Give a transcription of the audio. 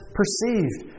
perceived